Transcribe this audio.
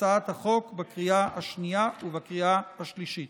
הצעת החוק בקריאה השנייה ובקריאה השלישית.